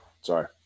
sorry